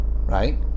right